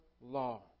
law